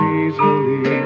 easily